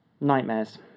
nightmares